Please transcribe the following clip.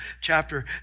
chapter